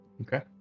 Okay